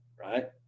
right